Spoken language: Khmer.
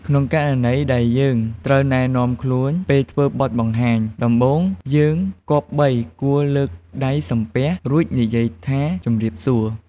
ក្នុងករណីដែលយើងត្រូវណែនាំខ្លួនពេលធ្វើបទបង្ហាញ ដំបូងយើងគម្បីគួរលើកដៃសំពះ រួចនិយាយថាជំរាបសួរ។